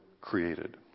created